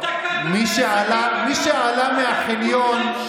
תקעתם להם סכין בגב.